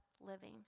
living